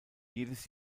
jedes